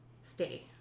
Stay